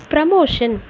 Promotion